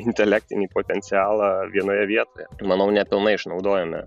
intelektinį potencialą vienoje vietoje manau nepilnai išnaudojame